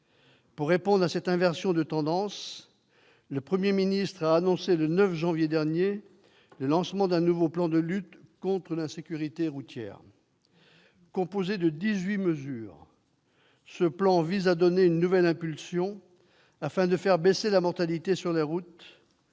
Pour répondre à cette inversion de tendance, le Premier ministre a annoncé, le 9 janvier dernier, le lancement d'un nouveau plan de lutte contre l'insécurité routière. Composé de dix-huit mesures, ce plan vise à donner une nouvelle impulsion, afin de faire baisser la mortalité sur les routes.